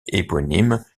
éponyme